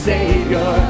Savior